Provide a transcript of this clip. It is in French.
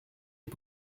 est